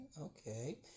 okay